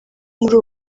muri